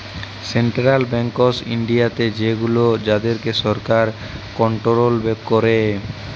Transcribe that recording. central banks ইনডিয়াতে সেগুলান যাদেরকে সরকার কনটোরোল ক্যারে